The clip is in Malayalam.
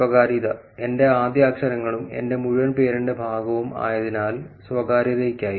സ്വകാര്യത എന്റെ ആദ്യാക്ഷരങ്ങളും എന്റെ മുഴുവൻ പേരിന്റെ ഭാഗവും ആയതിനാൽ സ്വകാര്യതയ്ക്കായി